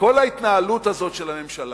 של הממשלה,